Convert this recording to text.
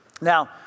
Now